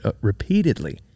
repeatedly